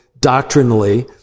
doctrinally